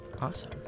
awesome